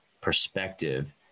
perspective